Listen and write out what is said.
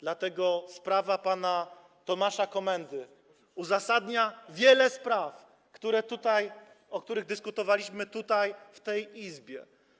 Dlatego sprawa pana Tomasza Komendy uzasadnia wiele spraw, o których dyskutowaliśmy tutaj, w tej Izbie.